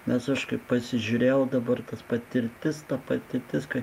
nes aš kai pasižiūrėjau dabar tas patirtis ta patirtis kai